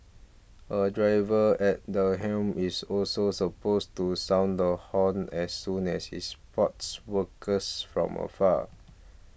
a driver at the helm is also supposed to sound the horn as soon as he spots workers from afar